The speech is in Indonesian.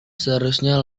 seharusnya